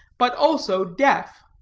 but also deaf.